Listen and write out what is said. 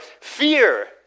fear